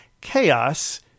chaos